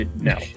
No